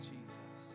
Jesus